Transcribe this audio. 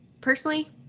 personally